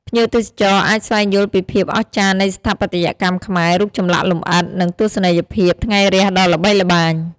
ភ្ញៀវទេសចរអាចស្វែងយល់ពីភាពអស្ចារ្យនៃស្ថាបត្យកម្មខ្មែរ រូបចម្លាក់លម្អិត និងទស្សនីយភាពថ្ងៃរះដ៏ល្បីល្បាញ។